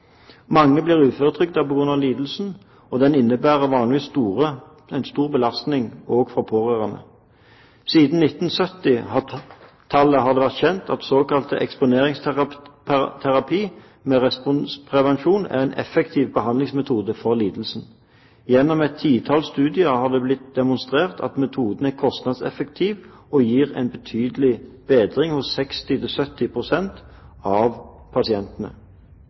Mange blir uføretrygdet på grunn av lidelsen, og den innebærer vanligvis en stor belastning også for pårørende. Siden 1970-tallet har det vært kjent at såkalt eksponeringsterapi med responsprevensjon er en effektiv behandlingsmetode for lidelsen. Gjennom et titall studier har det blitt demonstrert at metoden er kostnadseffektiv og gir en betydelig bedring hos 60–70 pst. av pasientene.